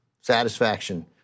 satisfaction